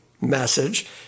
message